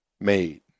made